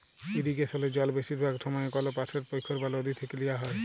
ইরিগেসলে জল বেশিরভাগ সময়ই কল পাশের পখ্ইর বা লদী থ্যাইকে লিয়া হ্যয়